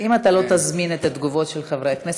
אם אתה לא תזמין את התגובות של חברי הכנסת,